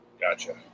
Gotcha